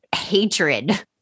hatred